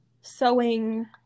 sewing